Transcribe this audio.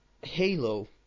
Halo